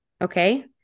Okay